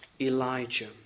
Elijah